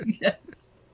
Yes